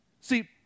See